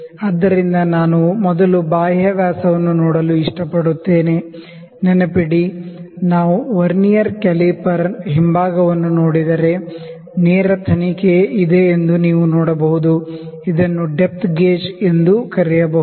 ಆದ್ದರಿಂದ ನಾನು ಮೊದಲು ಬಾಹ್ಯ ವ್ಯಾಸವನ್ನು ನೋಡಲು ಇಷ್ಟಪಡುತ್ತೇನೆ ನೆನಪಿಡಿ ನಾವು ವರ್ನಿಯರ್ ಕ್ಯಾಲಿಪರ್ನ ಹಿಂಭಾಗವನ್ನು ನೋಡಿದರೆ ನೇರ ಪ್ರೋಬ್ ಇದೆ ಎಂದು ನೀವು ನೋಡಬಹುದು ಇದನ್ನು ಡೆಪ್ತ್ ಗೇಜ್ ಎಂದೂ ಕರೆಯಬಹುದು